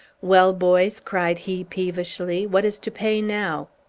well, boys, cried he peevishly, what is to pay now?